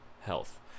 health